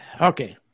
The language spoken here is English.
Okay